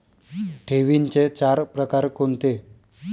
ठेवींचे चार प्रकार कोणते?